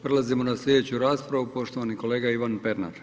Prelazimo na slijedeću raspravu, poštovani kolega Ivan Pernar.